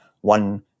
one